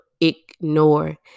ignore